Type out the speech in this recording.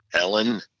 Ellen